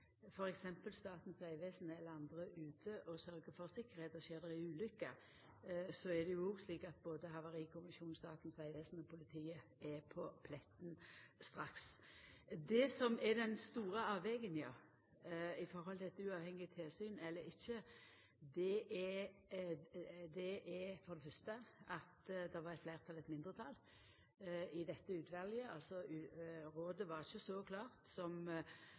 f.eks. Statens vegvesen eller andre ute og sørgjer for tryggleik. Skjer det ei ulykke, er det slik at både Havarikommisjonen, Statens vegvesen og politiet er på pletten straks. Det som er den store avveginga i høve til eit uavhengig tilsyn eller ikkje, er for det fyrste at det var eit fleirtal og eit mindretal i dette utvalet. Rådet var altså ikkje så klart som